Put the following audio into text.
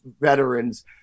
veterans